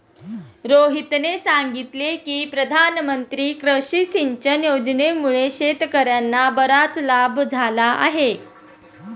रोहितने सांगितले की प्रधानमंत्री कृषी सिंचन योजनेमुळे शेतकर्यांना बराच लाभ झाला आहे